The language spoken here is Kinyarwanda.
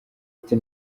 ati